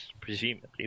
presumably